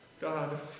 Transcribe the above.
God